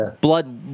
blood